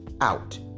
Out